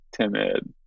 timid